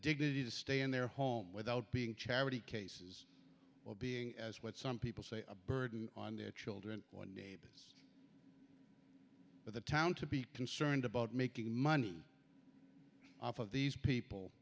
dignity to stay in their home without being charity cases or being as what some people say a burden on their children but the town to be concerned about making money off of these people